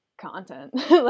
content